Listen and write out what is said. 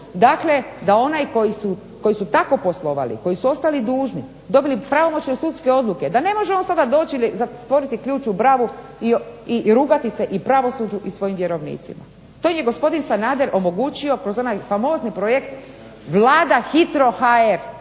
da oni koji su tako poslovali, koji su ostali dužni, dobili pravomoćne sudske odluke da ne možemo sada doći i zatvoriti ključ u bravu i rugati se i pravosuđu i svojim vjerovnicima. To im je gospodin Sanader omogućio kroz onaj famozni projekt Vlada hitro.hr,